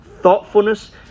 thoughtfulness